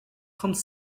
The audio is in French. trente